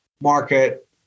market